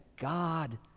God